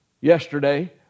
yesterday